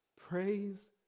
Praise